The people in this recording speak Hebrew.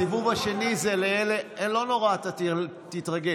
הסיבוב השני זה לאלה, לא נורא, אתה תתרגל.